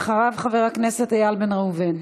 אחריו, חבר הכנסת איל בן ראובן.